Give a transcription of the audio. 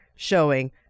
showing